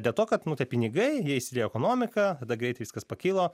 dėl to kad nu tie pinigai jie įsiliejo į ekonomiką greit viskas pakilo